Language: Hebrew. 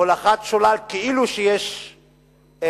הולכת שולל כאילו יש משא-ומתן?